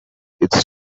its